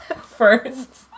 First